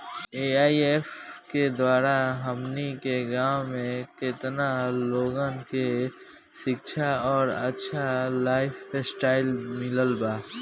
AIF के द्वारा हमनी के गांव में केतना लोगन के शिक्षा और अच्छा लाइफस्टाइल मिलल बा